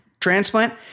transplant